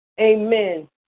amen